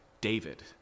David